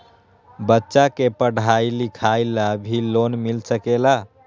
बच्चा के पढ़ाई लिखाई ला भी लोन मिल सकेला?